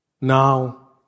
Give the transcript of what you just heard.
Now